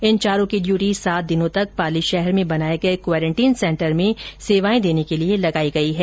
इन चारों की ड्यूटी सात दिनों तक पाली शहर में बनाए गए क्वारेंटीन सेंटर में सेवाए देने के लिए लगायी गयी है